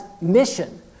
mission